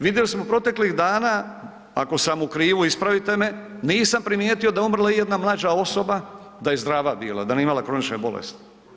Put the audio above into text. Vidjeli smo proteklih dana, ako sam u krivu ispravite me, nisam primijetio da je umrla ijedna mlađa osoba da je zdrava bila, da nije imala kronične bolesti.